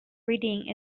reading